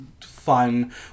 fun